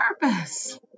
purpose